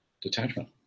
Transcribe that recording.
detachment